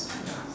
ya